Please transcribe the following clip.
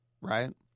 Right